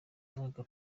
mwaka